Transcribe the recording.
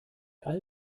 all